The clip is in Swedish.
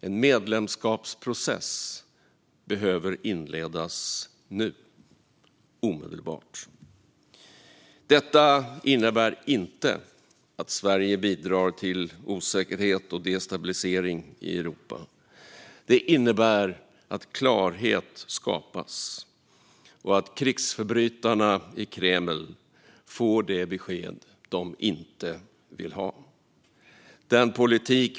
En medlemskapsprocess behöver inledas nu, omedelbart. Detta innebär inte att Sverige bidrar till osäkerhet och destabilisering i Europa. Det innebär att klarhet skapas och att krigsförbrytarna i Kreml får det besked de inte vill ha. Fru talman!